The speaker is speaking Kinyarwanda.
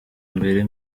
mbere